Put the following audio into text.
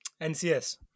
NCS